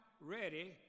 ready